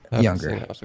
younger